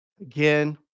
again